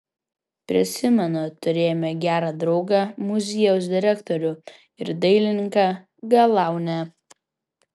prisimenu turėjome gerą draugą muziejaus direktorių ir dailininką galaunę